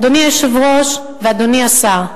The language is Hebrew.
אדוני היושב-ראש ואדוני השר,